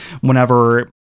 whenever